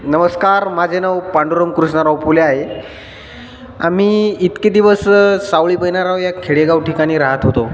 नमस्कार माझे नाव पांडुरंग कृष्णराव फुले आहे आम्ही इतके दिवस सावळी बहिनाराव या खेडेगाव ठिकाणी राहत होतो